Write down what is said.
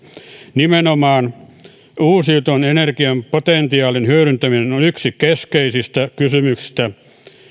nimenomaan uusiutuvan energian potentiaalin hyödyntäminen on yksi keskeisistä kysymyksistä